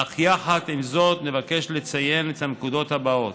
אך יחד עם זאת נבקש לציין את הנקודות הבאות: